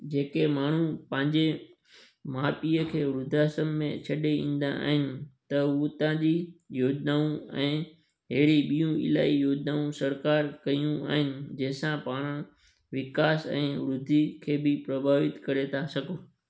जे के माण्हू पंहिंजे माउ पीअ खे वृद्ध आश्रम छॾे ईंदा आहिनि त हुतां जी योजनाऊं ऐं अहिड़ी ॿियूं इलाही योजनाऊं सरकार कयूं आहिनि जंहिं सां पाण विकास ऐं वृद्धी खे बि प्रभावित करे था सघूं